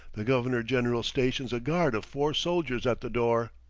the governor-general stations a guard of four soldiers at the door.